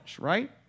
right